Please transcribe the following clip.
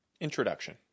Introduction